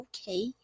Okay